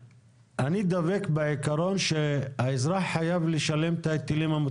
אנחנו בוודאי לא נעמוד על התיקון הזה שיהיה ברור.